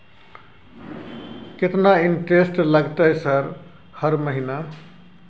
केतना इंटेरेस्ट लगतै सर हर महीना?